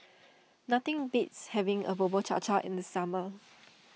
nothing beats having a Bubur Cha Cha in the summer